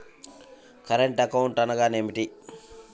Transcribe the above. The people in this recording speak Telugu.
కరెంట్ అకౌంట్ అనగా ఏమిటి?